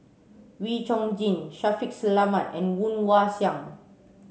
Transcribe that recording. Wee Chong Jin Shaffiq Selamat and Woon Wah Siang